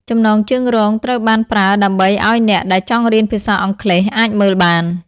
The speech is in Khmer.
ចំណងជើងរងត្រូវបានប្រើដើម្បីឱ្យអ្នកដែលចង់រៀនភាសាអង់គ្លេសអាចមើលបាន។